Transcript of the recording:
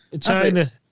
China